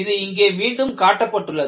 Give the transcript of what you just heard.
இது இங்கே மீண்டும் காட்டப்பட்டுள்ளது